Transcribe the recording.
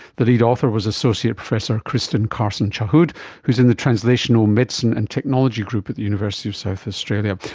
the lead author was associate professor kristin carson-chahhoud who is in the translational medicine and technology group at the university of south australia.